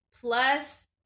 plus